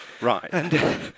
Right